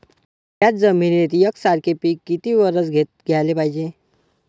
थ्याच जमिनीत यकसारखे पिकं किती वरसं घ्याले पायजे?